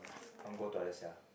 I want go toilet sia